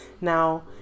Now